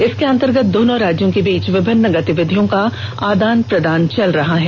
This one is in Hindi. इसके अंतर्गत दोनों राज्यों के बीच विभिन्न गतिविधियों का आदान प्रदान चल रहा है